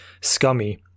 scummy